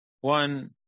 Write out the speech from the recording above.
One